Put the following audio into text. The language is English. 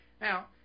Now